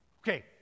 Okay